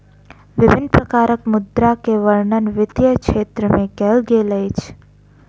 विभिन्न प्रकारक मुद्रा के वर्णन वित्तीय क्षेत्र में कयल गेल अछि